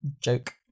Joke